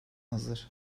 hazır